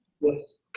Yes